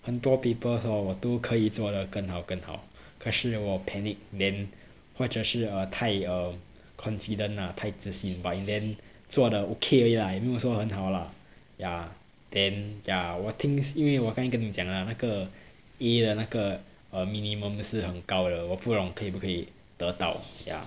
很多 papers hor 我都可以做得更好更好可是我 panic then 或者是 err 太 confident lah 太自信 but in the end 做得 okay 而已 lah 也没有说很好啦 ya then ya 我听因为我刚才跟你讲的那个 A 的那个 uh minimum 是很高的我不懂可不可以得到 ya